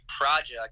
project